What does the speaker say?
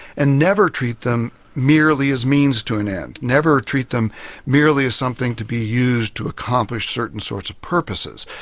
and never treat them merely as means to an end. never treat them merely as something to be used to accomplish certain sorts of purposes.